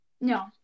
No